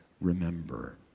remember